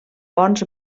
bons